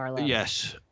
Yes